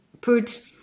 put